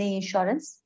insurance